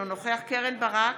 אינו נוכח קרן ברק,